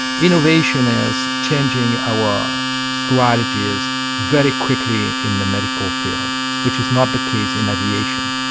innovation is changing our strategies very quickly in the medical field which is not the case in aviation.